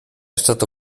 stata